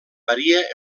varia